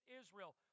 Israel